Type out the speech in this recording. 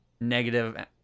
negative